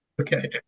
Okay